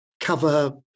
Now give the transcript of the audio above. cover